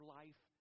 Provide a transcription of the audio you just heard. life